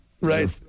Right